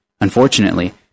Unfortunately